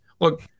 Look